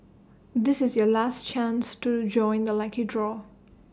this is your last chance to join the lucky draw